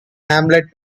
hamlet